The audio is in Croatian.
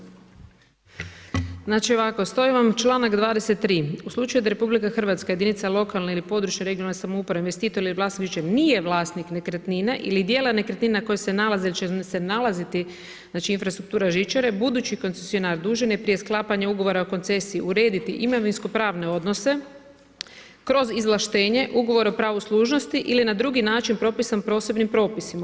Znači ovako stoji vam članak 23. u slučaju da RH, jedinica lokalne ili područne regionalne samouprave, investitor ili vlasnik više nije vlasnik nekretnine ili djela nekretnine koja se nalaze ili će se nalaziti znači infrastruktura žičare, budući koncesionar dužan je prije sklapanja ugovora o koncesiji urediti imovinsko pravne odnose kroz izvlaštenje, ugovor o pravu služnosti ili na drugi način propisan posebnim propisima.